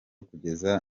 kugeza